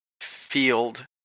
field